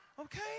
okay